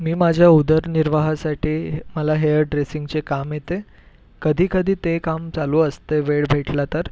मी माझ्या उदरनिर्वाहासाठी मला हेअर ड्रेसिंगचे काम येते कधीकधी ते काम चालू असते वेळ भेटला तर